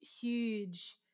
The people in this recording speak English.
huge